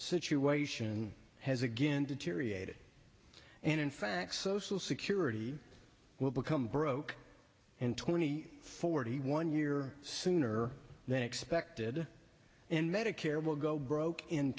situation has again deteriorated and in fact social security will become broke and twenty forty one year sooner than expected and medicare will go broke in